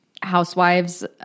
Housewives